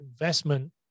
investment